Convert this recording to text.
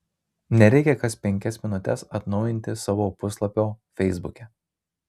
nereikia kas penkias minutes atnaujinti savo puslapio feisbuke